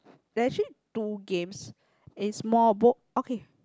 there are actually two games is more both okay